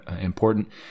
important